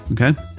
Okay